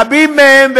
רבים מהם,